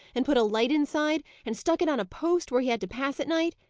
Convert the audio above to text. and put a light inside, and stuck it on a post where he had to pass at night.